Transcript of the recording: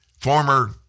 former